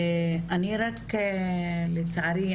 לצערי,